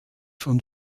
von